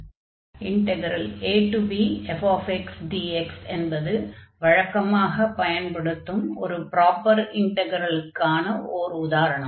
abf dx என்பது வழக்கமாகப் பயன்படுத்தும் ஒரு ப்ராப்பர் இன்டக்ரலுக்கான ஓர் உதாரணம்